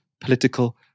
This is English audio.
political